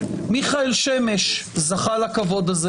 מיכאל שמש זכה לכבוד הזה.